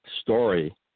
story